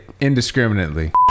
indiscriminately